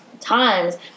times